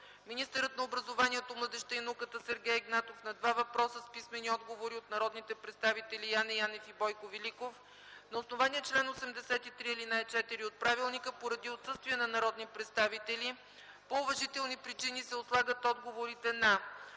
министърът на образованието, младежта и науката Сергей Игнатов – на два въпроса с писмени отговори от народните представители Яне Янев и Бойко Великов. На основание чл. 83, ал. 4 от правилника, поради отсъствие на народни представители по уважителни причини се отлагат отговорите на